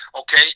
okay